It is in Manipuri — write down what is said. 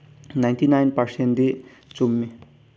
ꯅꯥꯏꯟꯇꯤ ꯅꯥꯏꯟ ꯄꯥꯔꯁꯦꯟꯗꯤ ꯆꯨꯝꯃꯤ